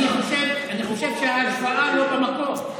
אני חושב שההשוואה לא במקום.